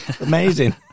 amazing